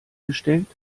gestellt